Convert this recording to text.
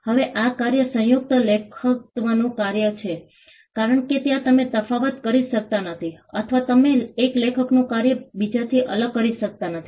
હવે આ કાર્ય સંયુક્ત લેખકત્વનું કાર્ય છે કારણ કે ત્યાં તમે તફાવત કરી શકતા નથી અથવા તમે એક લેખકનું કાર્ય બીજાથી અલગ કરી શકતા નથી